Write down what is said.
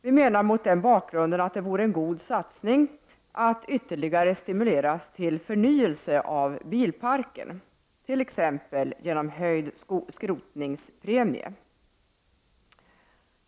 Vi menar mot den bakgrunden att det vore en god satsning att ytterligare stimulera till förnyelse av bilparken, t.ex. genom höjd skrotningspremie.